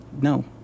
no